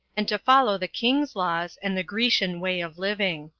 and to follow the king's laws, and the grecian way of living.